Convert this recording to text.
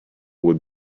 would